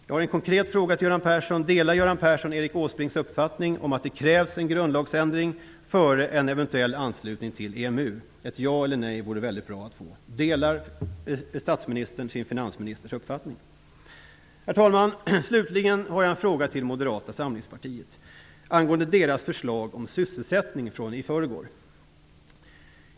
Jag har en konkret fråga till Göran Persson: Delar Göran Persson Erik Åsbrinks uppfattning om att det krävs en grundlagsändring före en eventuell anslutning till EMU? Ett ja eller ett nej vore väldigt bra att få. Delar statsministern sin finansministerns uppfattning? Herr talman! Slutligen har jag en fråga till Moderata samlingspartiet angående deras förslag om sysselsättning från i förrgår.